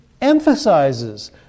emphasizes